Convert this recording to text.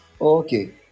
Okay